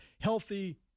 healthy